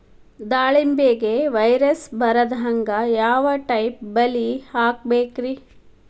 ದಾಳಿಂಬೆಗೆ ವೈರಸ್ ಬರದಂಗ ಯಾವ್ ಟೈಪ್ ಬಲಿ ಹಾಕಬೇಕ್ರಿ?